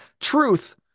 truth